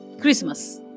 Christmas